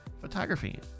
photography